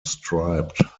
striped